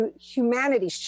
humanity